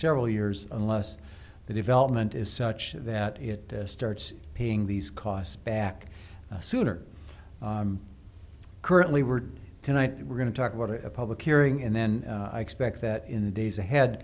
several years unless the development is such that it starts paying these costs back sooner currently we're tonight we're going to talk about it a public hearing and then expect that in the days ahead